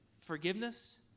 forgiveness